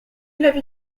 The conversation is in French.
l’avis